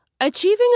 Achieving